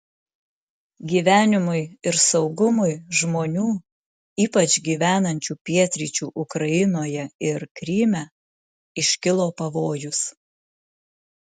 gyvenimui ir saugumui žmonių ypač gyvenančių pietryčių ukrainoje ir kryme iškilo pavojus